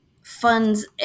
funds